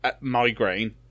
migraine